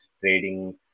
trading